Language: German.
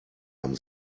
haben